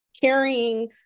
carrying